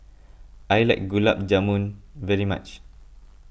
I like Gulab Jamun very much